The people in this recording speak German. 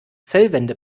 zellwände